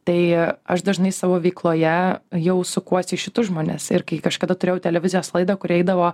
tai aš dažnai savo veikloje jau sukuosi į šituos žmones ir kai kažkada turėjau televizijos laidą kuri eidavo